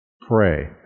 Pray